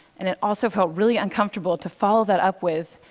and it also felt really uncomfortable to follow that up with,